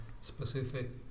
specific